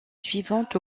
suivante